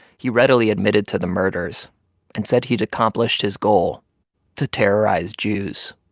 he readily admitted to the murders and said he'd accomplished his goal to terrorize jews